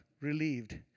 relieved